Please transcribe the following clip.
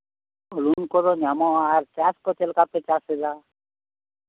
ᱨᱩᱢ ᱠᱚᱫᱚ ᱧᱟᱢᱚᱜᱼᱟ ᱟᱨ ᱪᱟᱥ ᱠᱚᱫᱚ ᱪᱮᱫ ᱞᱮᱠᱟᱯᱮ ᱪᱟᱥ ᱮᱫᱟ